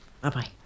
Bye-bye